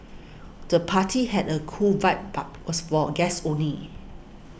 the party had a cool vibe but was for guests only